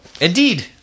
Indeed